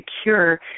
secure